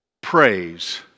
Praise